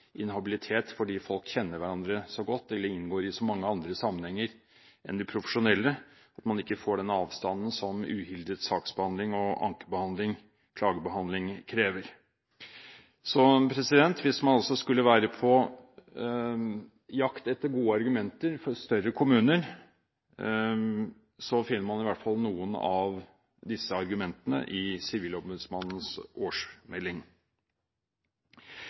inhabilitet fordi folk kjenner hverandre så godt eller inngår i så mange andre sammenhenger enn de profesjonelle at man ikke får den avstanden som uhildet saksbehandling, ankebehandling og klagebehandling krever. Så hvis man altså skulle være på jakt etter gode argumenter for større kommuner, finner man i hvert fall noen av disse i Sivilombudsmannens årsmelding.